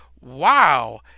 wow